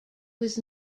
was